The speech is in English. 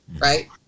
right